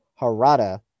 Harada